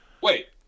Wait